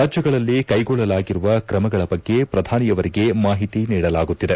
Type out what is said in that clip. ರಾಜ್ಯಗಳಲ್ಲಿ ಕೈಗೊಳ್ಳಲಾಗಿರುವ ಕ್ರಮಗಳ ಬಗ್ಗೆ ಪ್ರಧಾನಿಯವರಿಗೆ ಮಾಹಿತಿ ನೀಡಲಾಗುತ್ತಿದೆ